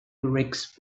runs